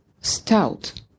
stout